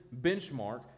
benchmark